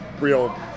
real